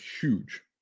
huge